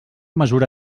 mesura